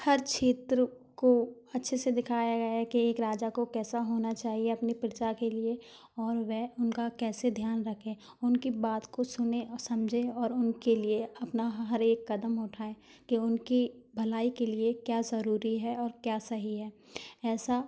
हर क्षेत्र को अच्छे से दिखाया गया है कि एक राजा को कैसा होना चाहिए अपनी प्रजा के लिए और वह उनका कैसे ध्यान रखे उनकी बात को सुने और समझे और उनके लिए अपना हर एक कदम उठाएँ कि उनकी भलाई के लिए क्या ज़रूरी है और क्या सही है ऐसा